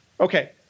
Okay